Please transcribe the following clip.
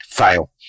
fail